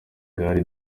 gare